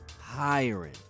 hiring